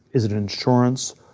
is it insurance?